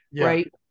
Right